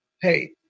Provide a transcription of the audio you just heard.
hey